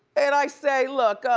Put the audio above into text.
and i say look,